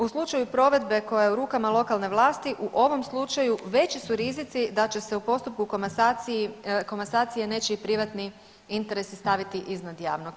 U slučaju provedbe koja je u rukama lokalne vlasti u ovom slučaju veći su rizici da će se u postupku komasacije nečiji privatni interesi staviti iznad javnog.